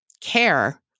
care